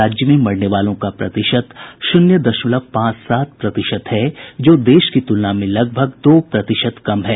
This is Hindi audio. राज्य में मरने वालों का प्रतिशत शून्य दशमलव पांच सात प्रतिशत है जो देश की तुलना में लगभग दो प्रतिशत कम है